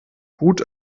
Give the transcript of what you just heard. gut